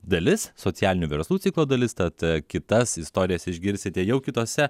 dalis socialinių verslų ciklo dalis tad kitas istorijas išgirsite jau kitose